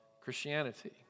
Christianity